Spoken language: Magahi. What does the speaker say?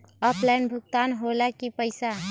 ऑफलाइन भुगतान हो ला कि पईसा?